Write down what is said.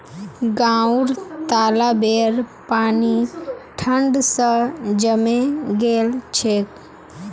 गांउर तालाबेर पानी ठंड स जमें गेल छेक